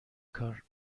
کار